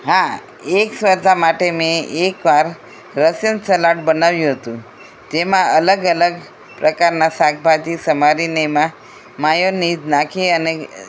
હા એક શ્રદ્ધા માટે મેં એકવાર રસિયન સલાડ બનાવ્યું હતું તેમાં અલગ અલગ પ્રકારના શાકભાજી સમારીને એમાં મેયોનિઝ નાખી અને